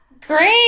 Great